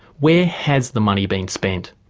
where has the money been spent?